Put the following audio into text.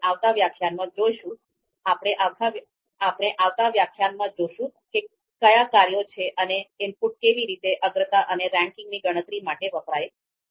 આપણે આવતા વ્યાખ્યાનમાં જોશું કે કયા કાર્યો છે અને ઇનપુટ કેવી રીતે અગ્રતા અને રેન્કિંગની ગણતરી માટે વપરાય છે